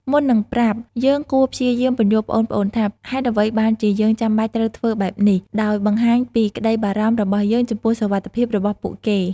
មុននឹងប្រាប់ យើងគួរព្យាយាមពន្យល់ប្អូនៗថា ហេតុអ្វីបានជាយើងចាំបាច់ត្រូវធ្វើបែបនេះ ដោយបង្ហាញពីក្ដីបារម្ភរបស់យើងចំពោះសុវត្ថិភាពរបស់ពួកគេ។